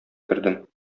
кердем